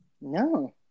No